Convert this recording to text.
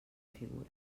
figura